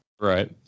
Right